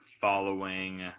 following